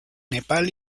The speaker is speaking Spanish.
nepal